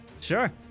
sure